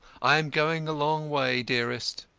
i am going a long way, dearest.